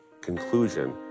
conclusion